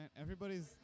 Everybody's